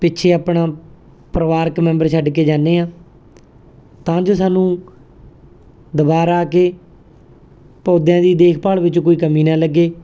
ਪਿੱਛੇ ਆਪਣਾ ਪਰਿਵਾਰਕ ਮੈਂਬਰ ਛੱਡ ਕੇ ਜਾਂਦੇ ਹਾਂ ਤਾਂ ਜੋ ਸਾਨੂੰ ਦੁਬਾਰਾ ਆ ਕੇ ਪੌਦਿਆਂ ਦੀ ਦੇਖਭਾਲ ਵਿੱਚ ਕੋਈ ਕਮੀ ਨਾ ਲੱਗੇ